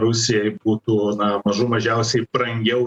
rusijai būtų na mažų mažiausiai brangiau